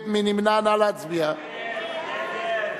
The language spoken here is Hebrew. מי נגד?